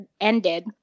ended